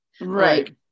Right